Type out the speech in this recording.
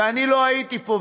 ואני לא הייתי פה,